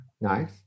Nice